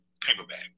paperback